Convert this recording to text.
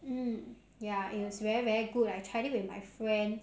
mm ya it was very very good I tried it with my friend